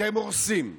אתם הורסים.